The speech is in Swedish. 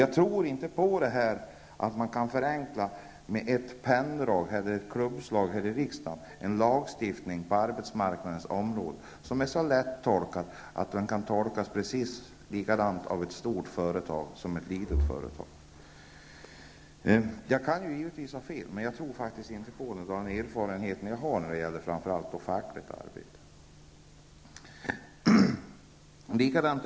Jag tror inte att man med ett penndrag eller ett klubbslag här i riksdagen kan förenkla en lagstiftning på arbetsmarknadens område som är så lätttolkad att den kan tolkas precis på samma sätt av ett stort företag som av ett litet företag. Jag kan givetvis ha fel, men jag tror faktiskt inte det, med den erfarenhet jag har när det gäller framför allt fackligt arbete.